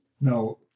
No